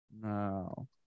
no